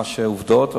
העובדות,